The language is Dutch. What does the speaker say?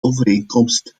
overeenkomst